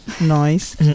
nice